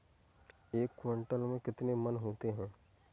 एक क्विंटल में कितने मन होते हैं?